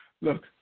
Look